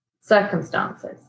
circumstances